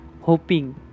hoping